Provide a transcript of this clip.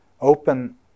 open